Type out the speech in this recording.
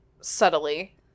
subtly